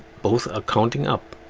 both are counting up